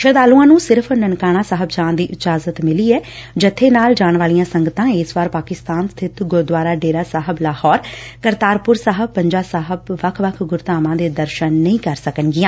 ਸ਼ਰਧਾਲੂਆਂ ਨੂੰ ਸਿਰਫ ਨਨਕਾਣਾ ਸਾਹਿਬ ਜਾਣ ਦੀ ਇਜਾਜਤ ਮਿਲੀ ਏ ਜੱਬੇ ਨਾਲ ਜਾਣ ਵਾਲੀਆਂ ਸੰਗਤਾਂ ਇਸ ਵਾਰ ਪਾਕਿਸਤਾਨ ਸਬਿਤ ਗੁਰੁਦੁਆਰਾ ਡੇਰਾ ਸਾਹਿਬ ਲਾਹੋਰ ਕਰਤਾਰਪੁਰ ਸਾਹਿਬ ਪੰਜਾ ਸਾਹਿਬ ਵੱਖ ਵੱਖ ਗੁਰਧਾਮਾਂ ਦੇ ਦਰਸ਼ਨ ਨਹੀ ਕਰ ਸਕਣਗੀਆਂ